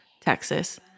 texas